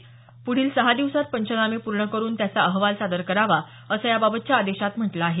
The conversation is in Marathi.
प्ढील दहा दिवसात पंचनामे पूर्ण करून त्याचा अहवाल सादर करावा असं याबाबतच्या आदेशात म्हटलं आहे